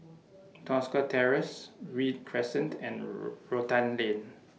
Tosca Terrace Read Crescent and Rotan Lane